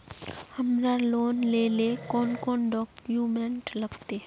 हमरा लोन लेले कौन कौन डॉक्यूमेंट लगते?